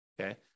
Okay